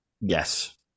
Yes